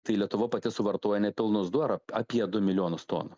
tai lietuva pati suvartoja nepilnus du ar apie du milijonus tonų